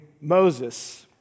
Moses